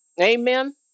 Amen